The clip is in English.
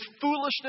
foolishness